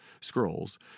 scrolls